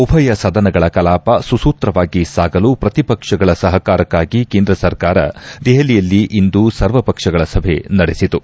ಉಭಯ ಸದನಗಳ ಕಲಾಪ ಸುಸೂತ್ರವಾಗಿ ಸಾಗಲು ಪ್ರತಿಪಕ್ಷಗಳ ಸಹಕಾರಕ್ಕಾಗಿ ಕೇಂದ್ರ ಸರ್ಕಾರ ದೆಹಲಿಯಲ್ಲಿ ಇಂದು ಸರ್ವ ಪಕ್ಷಗಳ ಸಭೆ ನಡೆಸಿತು